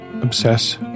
obsess